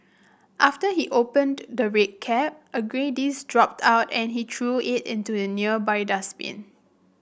after he opened the red cap a grey disc dropped out and he threw it into a nearby dustbin